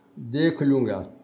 دیکھ لوں گا